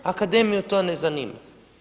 Akademiju to ne zanima.